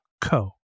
co